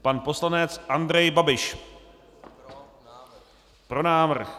Pan poslanec Andrej Babiš: Pro návrh.